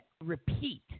repeat